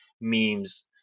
memes